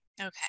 Okay